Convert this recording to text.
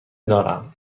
دارم